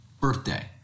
birthday